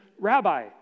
Rabbi